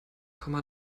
komma